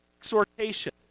exhortation